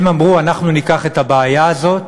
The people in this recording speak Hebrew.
הם אמרו: אנחנו ניקח את הבעיה הזאת